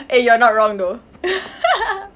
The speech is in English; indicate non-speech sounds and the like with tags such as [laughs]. eh you're not wrong though [laughs]